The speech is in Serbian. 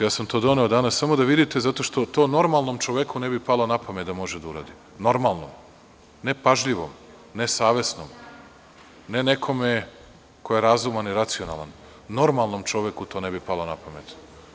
Ja sam to doneo danas samo da vidite zato što to normalnom čoveku ne bi palo na pamet da može da uradi, normalnom, ne pažljivom, ne savesnom, ne nekome ko je razuman i racionalan, normalnom čoveku to ne bi palo na pamet.